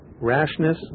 rashness